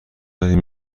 داریم